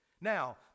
Now